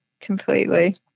completely